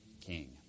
King